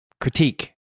critique